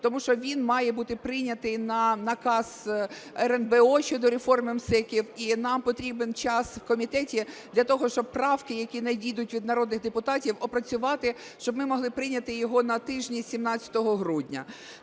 Тому що він має бути прийнятий на наказ РНБО щодо реформи МСЕК і нам потрібен час в комітеті для того, щоб правки, які надійдуть від народних депутатів, опрацювати, щоб ми могли прийняти його на тижні з 17 грудня.